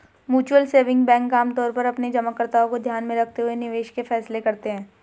mutual saving bank आमतौर पर अपने जमाकर्ताओं को ध्यान में रखते हुए निवेश के फैसले करते हैं